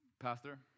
Pastor